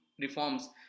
reforms